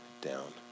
down